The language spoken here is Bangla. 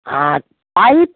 আর পাইপ